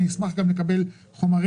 אני אשמח גם לקבל חומרים,